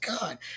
God